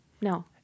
No